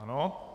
Ano.